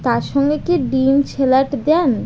তার সঙ্গে কি ডিম সালাদ দেন